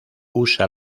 usa